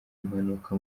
impanuka